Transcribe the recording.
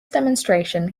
demonstration